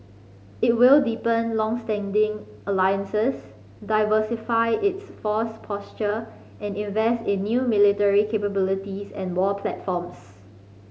it will deepen longstanding alliances diversify its force posture and invest in new military capabilities and war platforms